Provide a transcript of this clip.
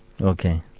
Okay